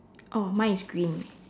oh mine is green